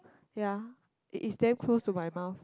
ya it is damn close to my mouth